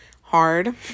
hard